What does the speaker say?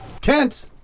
Kent